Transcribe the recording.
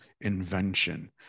invention